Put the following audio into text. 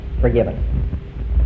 forgiven